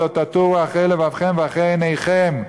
"ולא תתורו אחרי לבבכם ואחרי עיניכם".